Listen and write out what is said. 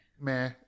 Meh